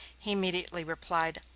he immediately replied,